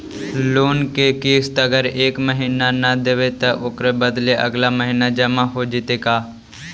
Loan के किस्त अगर एका महिना न देबै त ओकर बदले अगला महिना जमा हो जितै का?